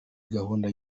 gahunda